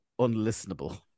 unlistenable